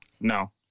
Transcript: no